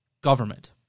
government